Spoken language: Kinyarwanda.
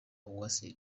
uwase